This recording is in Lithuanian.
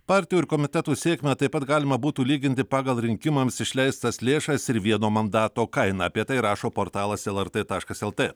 partijų ir komitetų sėkmę taip pat galima būtų lyginti pagal rinkimams išleistas lėšas ir vieno mandato kainą apie tai rašo portalas lrt taškas lt